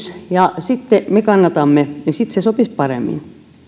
ja sitten me kannatamme niin se sopisi paremmin